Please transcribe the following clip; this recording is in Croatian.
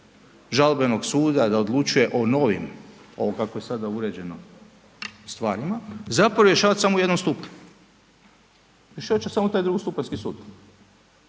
žalbenog suda da odlučuje o novim, ovo kako je sada uređeno, stvarima zapravo rješavat samo u jednom stupnju i što će samo taj drugostupanjski sud.